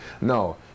No